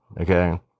Okay